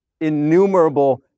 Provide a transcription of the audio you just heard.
innumerable